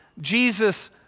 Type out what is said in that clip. Jesus